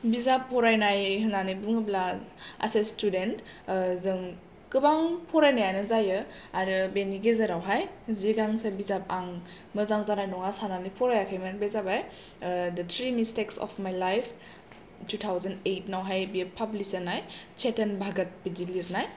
बिजाब फरायनाइ होन्नानै बुङोब्ला एस ए स्टुदेन्ट जों गोबां फरायनायानो जायो आरो बिनि गेजेरावहाय जि गांसे बिजाब आं मोजां जानाय नङा सान्नानै आं फरायाखोइमोन बे जाबाइ three mistakes of my life थुथावजेनट औइथ आवहाय बियो फाब्लिस जानाय सेथोन भागत बिदि लिरनाय